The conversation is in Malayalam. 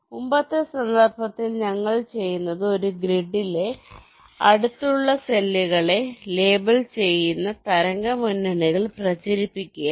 മുമ്പത്തെ സന്ദർഭത്തിൽ ഞങ്ങൾ ചെയ്യുന്നത് ഒരു ഗ്രിഡിലെ അടുത്തുള്ള സെല്ലുകളെ ലേബൽ ചെയ്യുന്ന തരംഗ മുന്നണികൾ പ്രചരിപ്പിക്കുകയായിരുന്നു